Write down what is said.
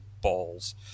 balls